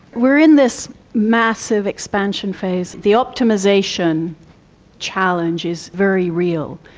we are in this massive expansion phase. the optimisation challenge is very real.